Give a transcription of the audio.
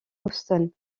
houston